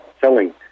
selling